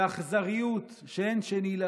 באכזריות שאין שני לה,